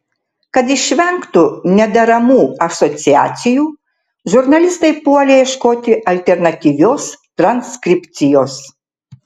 kad išvengtų nederamų asociacijų žurnalistai puolė ieškoti alternatyvios transkripcijos